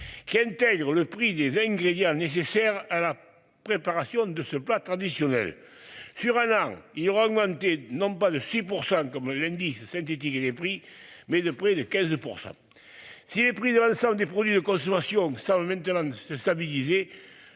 Qui intègre le prix des ingrédients nécessaires à la préparation de ce plat traditionnel sur Alain il y aura augmenté non pas de 6% comme l'indice synthétique et les prix mais de près de 15%. Si les prix de l'ensemble des produits de consommation semble maintenant se stabiliser